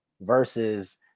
versus